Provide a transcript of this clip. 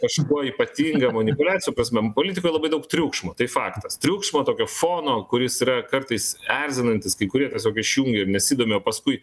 kažkuo ypatinga manipuliacijų prasme politikoj labai daug triukšmo tai faktas triukšmo tokio fono kuris yra kartais erzinantis kai kurie tiesiog išjungia nesidomi o paskui